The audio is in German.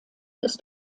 ist